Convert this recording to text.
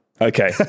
Okay